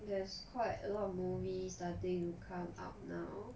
there's quite a lot of movies starting to come up now